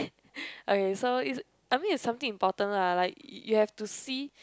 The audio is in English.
okay so it's I mean it's something important lah like y~ you have to see